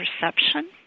perception